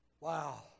Wow